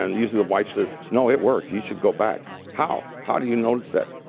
and usually the wife says, no, it works. you should go back. how? how do you notice that?